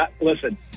listen